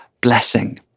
blessing